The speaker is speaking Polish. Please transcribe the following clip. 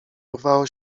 urwało